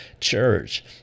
Church